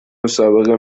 مسابقه